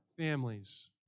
families